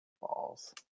Balls